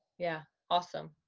yeah, awesome.